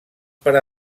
per